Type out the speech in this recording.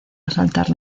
asaltar